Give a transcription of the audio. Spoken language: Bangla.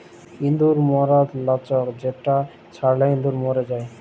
ইঁদুর ম্যরর লাচ্ক যেটা ছড়ালে ইঁদুর ম্যর যায়